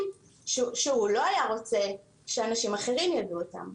שהוא לא היה רוצה שאנשים אחרים ידעו אותם.